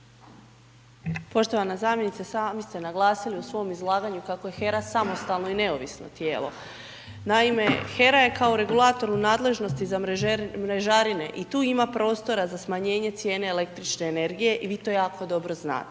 Poštovana zamjenice, sami ste naglasili u svom izlaganju kako je HERA samostalno i neovisno tijelo. Naime, HERA je kao regulator u nadležnosti za mrežarice i tu ima prostora, za smanjenje cijene električne energije i vi to jako dobro znate.